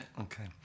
Okay